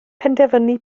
penderfynu